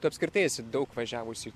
tu apskritai esi daug važiavusi